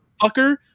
fucker